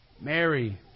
Mary